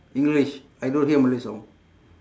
english I don't hear malay song